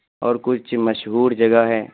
اور کچھ مشہور جگہیں